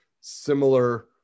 similar